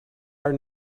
are